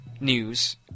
news